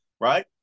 right